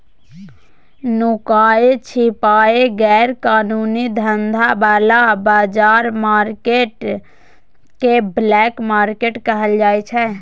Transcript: नुकाए छिपाए गैर कानूनी धंधा बला बजार केँ ब्लैक मार्केट कहल जाइ छै